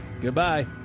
Goodbye